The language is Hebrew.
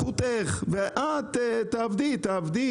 רוצה, ותעבדי.